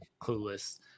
clueless